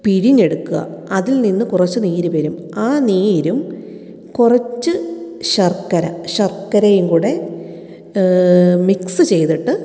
പിഴിഞ്ഞെടുക്കുക അതിൽ നിന്ന് കുറച്ചു നീര് വരും ആ നീരും കുറച്ച് ശർക്കര ശർക്കരയും കൂടി മിക്സ് ചെയ്തിട്ട്